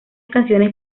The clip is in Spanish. canciones